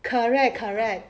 correct correct